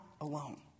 alone